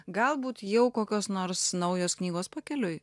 galbūt jau kokios nors naujos knygos pakeliui